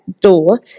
door